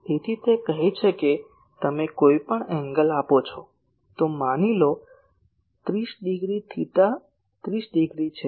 તેથી તે કહે છે કે તમે કોઈ પણ ખૂણો આપો છો તો માની લો 30 ડિગ્રી થેટા 30 ડિગ્રી છે